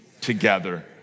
together